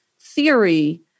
theory